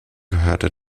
gehörte